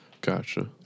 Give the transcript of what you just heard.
Gotcha